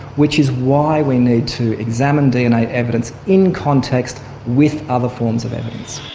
which is why we need to examine dna evidence in context with other forms of evidence.